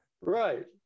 right